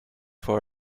for